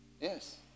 Yes